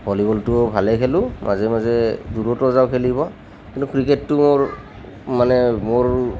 ভলিবলটো ভালেই খেলোঁ মাজে মাজে দূৰতো যাওঁ খেলিব কিন্তু ক্ৰিকেটটো মোৰ মানে মোৰ